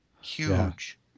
Huge